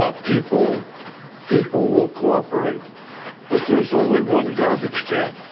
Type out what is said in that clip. ah people people will cooperate but there's only one garbage can.